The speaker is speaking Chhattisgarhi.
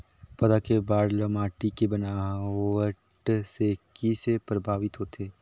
पौधा के बाढ़ ल माटी के बनावट से किसे प्रभावित होथे?